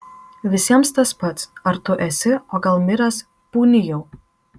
visiems tas pats ar tu esi o gal miręs pūni jau